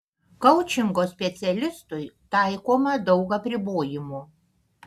koučingo specialistui taikoma daug apribojimų